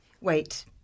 Wait